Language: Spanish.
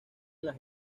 las